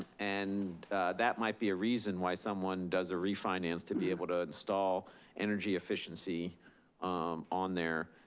and that might be a reason why someone does a refinance, to be able to install energy efficiency on there.